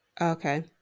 Okay